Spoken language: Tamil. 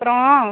அப்புறம்